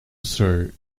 sir